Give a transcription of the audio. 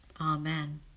Amen